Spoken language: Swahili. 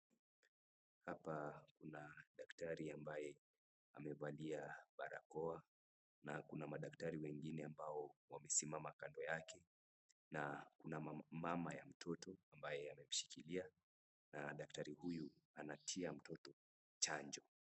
Hapa kuna daktari ambaye amevalia barakoa na kuna madaktari wengine ambao wamesimama kando yake na kuna mama ya mtoto, ambaye ameshikilia na daktari huyu anatia mtoto chanjo.